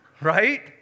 right